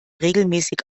regelmäßig